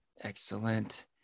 excellent